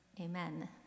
amen